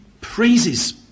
praises